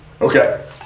Okay